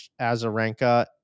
Azarenka